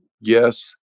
Yes